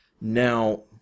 Now